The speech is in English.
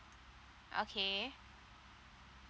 okay